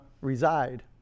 reside